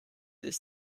this